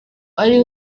ari